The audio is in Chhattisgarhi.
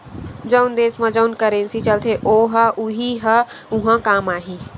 जउन देस म जउन करेंसी चलथे ओ ह उहीं ह उहाँ काम आही